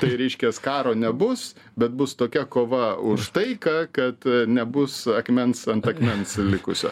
tai reiškias karo nebus bet bus tokia kova už taiką kad nebus akmens ant akmens likusio